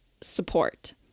support